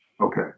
Okay